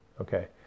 Okay